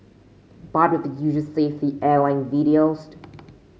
bored with the usual safety airline videos